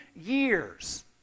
years